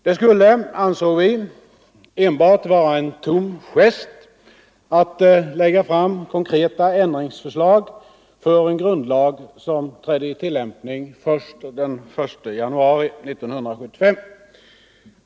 Det skulle, ansåg vi, enbart vara en tom gest att lägga fram konkreta ändringsförslag beträffande en grundlag som trädde i tillämpning först den 1 januari 1975.